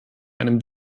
einem